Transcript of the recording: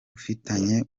ufitanye